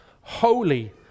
holy